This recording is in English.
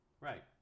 Right